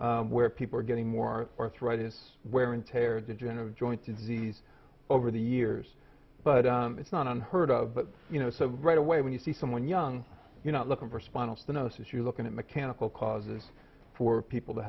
five where people are getting more arthritis wear and tear degenerative joint disease over the years but it's not unheard of but you know so right away when you see someone young you're not looking for spinal stenosis you're looking at mechanical causes for people to